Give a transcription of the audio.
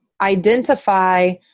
identify